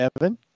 Evan